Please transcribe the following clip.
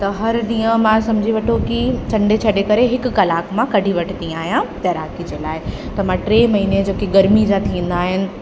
त हर ॾींहुं मां समुझी वठो कि संडे छ्ॾे करे हिकु कलाक मां कढी वठंदी आहियां तैराकी जे लाइ त मां टे महीना जो कि गर्मी जा थींदा आहिनि